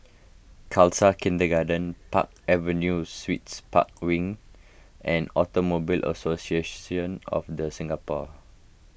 Khalsa Kindergarten Park Avenue Suites Park Wing and Automobile Association of the Singapore